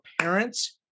parents